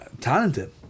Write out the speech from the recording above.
talented